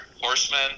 horsemen